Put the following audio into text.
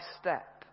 step